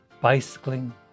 bicycling